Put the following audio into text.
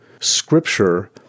scripture